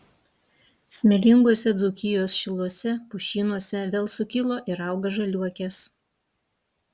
smėlinguose dzūkijos šiluose pušynuose vėl sukilo ir auga žaliuokės